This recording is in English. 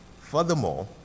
Furthermore